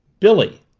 billy!